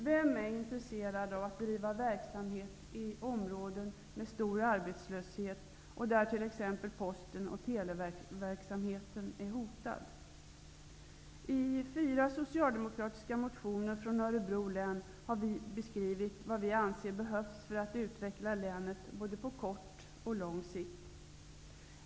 Vem är intresserad av att driva verksamhet i områden med stor arbetslöshet och där t.ex. posten och televerksamheten är hotad? I fyra motioner har vi socialdemokrater från Örebro län beskrivit vad vi anser behövs för att utveckla länet både på kort och lång sikt.